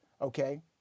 okay